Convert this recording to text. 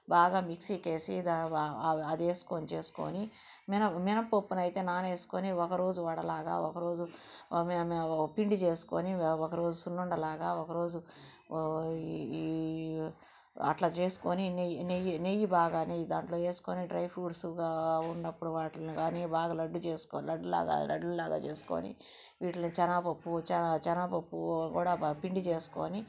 బాగా మిక్సీకి వేసి అది వేసుకొని చేసుకొని మీద మినప్పప్పుని అయితే నాన వేసుకొని ఒక రోజు వడలాగా ఒక రోజు పిండి చేసుకొని ఒక రోజు సున్నుండ లాగా ఒక రోజు అట్లా చేసుకొని నెయ్యి నెయ్యి నెయ్యి బాగా నెయ్యి దాంట్లో వేసుకొని డ్రై ఫ్రూట్స్గా ఉన్నప్పుడు వాటిలని కానీ బాగా లడ్డు చేసుకొని లడ్లు లాగా లడ్లు లాగా చేసుకొని వీటిలని శనగపప్పు చ శనగపప్పు కూడా పిండి చేసుకొని